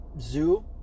zoo